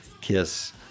kiss